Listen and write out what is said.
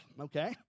okay